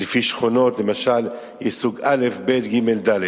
לפי שכונות, למשל יש סוג א', ב', ג', ד'.